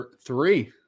Three